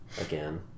again